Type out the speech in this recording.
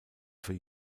für